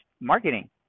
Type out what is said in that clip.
marketing